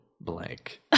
blank